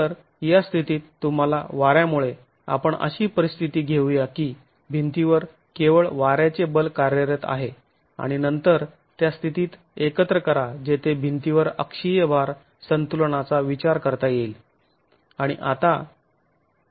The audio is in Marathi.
तर या स्थितीत तुम्हाला वाऱ्यामुळे आपण अशी परिस्थिती घेऊया की भिंतीवर केवळ वाऱ्याचे बल कार्यरत आहे आणि नंतर त्या स्थितीत एकत्र करा जेथे भिंतीवर अक्षीय भार संतुलनाचा विचार करता येईल